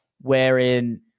wherein